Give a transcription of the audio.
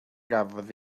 gafodd